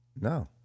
No